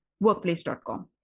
workplace.com